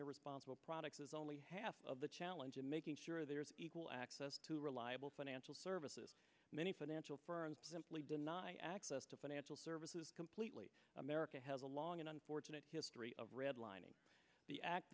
irresponsible products is only half of the challenge and making sure there is equal access to reliable financial services many financial firms simply deny access to financial services completely america has a long and unfortunate history of redlining the act